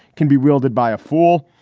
can be wielded by a fool.